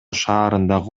шаарындагы